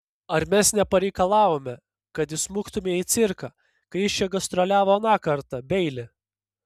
ar mes nepareikalavome kad įsmuktumei į cirką kai jis čia gastroliavo aną kartą beili